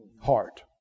heart